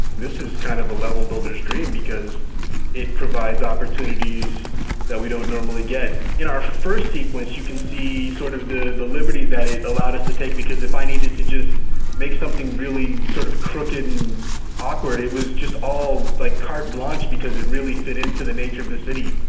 this is kind of a level builders dream, because it provides opportunities that we don't normally get. in our first sequence you can see sort of the the liberty that it allowed it to take, because if i needed to just make something really sort of, crooked and awkward, it was just all like, carte blanche because it really fit into the nature of the city.